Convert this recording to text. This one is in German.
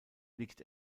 liegt